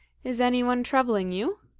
is any one troubling you?